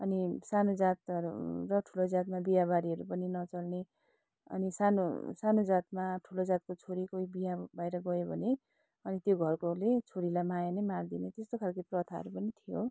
अनि सानो जातहरू र ठुलो जातमा बिहाबारीहरू पनि नचल्ने अनि अनि सानो सानो जातमा ठुलो जातको छोरी कोही बिहा भएर गयो भने अनि त्यो घरकोले छोरीलाई माया नै मारिदिने त्यस्तो खालको प्रथाहरू पनि थियो